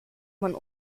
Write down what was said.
man